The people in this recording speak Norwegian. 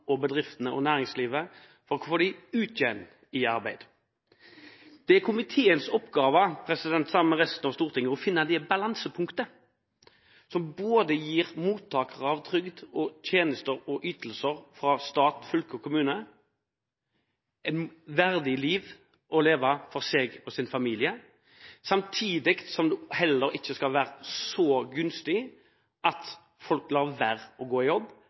ut i arbeid igjen. Det er komiteens oppgave, sammen med resten av Stortinget, å finne det balansepunktet som både gir mottakere av trygd, tjenester og ytelser fra stat, fylke og kommune et verdig liv å leve for dem og deres familie, samtidig som det heller ikke skal være så gunstig at folk lar være å gå ut i jobb